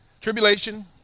tribulation